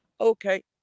okay